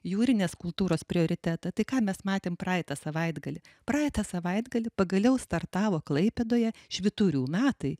jūrinės kultūros prioritetą tai ką mes matėm praeitą savaitgalį praeitą savaitgalį pagaliau startavo klaipėdoje švyturių metai